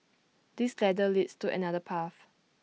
this ladder leads to another path